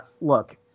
Look